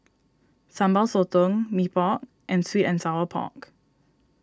Sambal Sotong Mee Pok and Sweet and Sour Pork